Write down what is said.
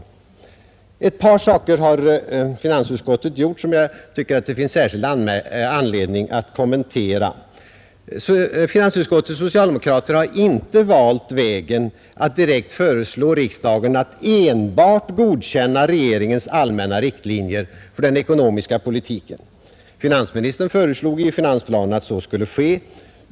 Det finns ett par saker i finansutskottets betänkande som jag finner särskild anledning att kommentera. Finansutskottets socialdemokrater har inte valt vägen att direkt föreslå riksdagen att enbart godkänna regeringens allmänna riktlinjer för den ekonomiska politiken. Finansministern föreslog i finansplanen att så skulle ske.